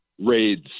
raids